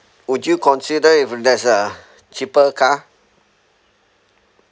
would you consider if there's a cheaper car